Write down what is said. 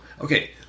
okay